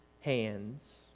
hands